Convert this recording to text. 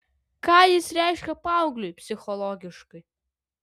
ką jis reiškia paaugliui psichologiškai